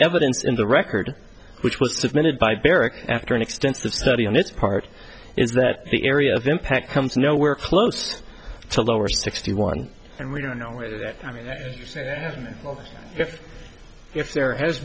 evidence in the record which was submitted by barrick after an extensive study on its part is that the area of impact comes nowhere close to lower sixty one and we don't know if there has